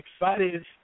excited